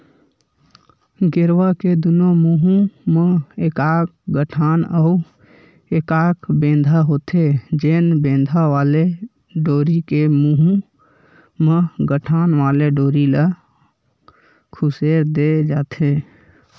गेरवा के दूनों मुहूँ म एकाक गठान अउ एकाक बेंधा होथे, जेन बेंधा वाले डोरी के मुहूँ म गठान वाले डोरी ल खुसेर दे जाथे